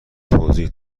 توضیح